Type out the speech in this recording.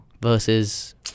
versus